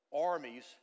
armies